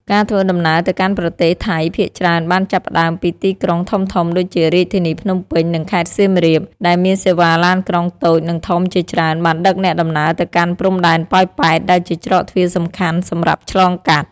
ការធ្វើដំណើរទៅកាន់ប្រទេសថៃភាគច្រើនបានចាប់ផ្តើមពីទីក្រុងធំៗដូចជារាជធានីភ្នំពេញនិងខេត្តសៀមរាប ដែលមានសេវាឡានក្រុងតូចនិងធំជាច្រើនបានដឹកអ្នកដំណើរទៅកាន់ព្រំដែនប៉ោយប៉ែត ដែលជាច្រកទ្វារសំខាន់សម្រាប់ឆ្លងកាត់។